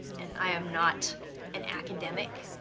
and i am not an academic.